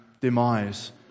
demise